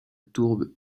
tourbe